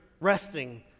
resting